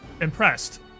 Impressed